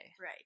Right